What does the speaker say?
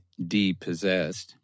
depossessed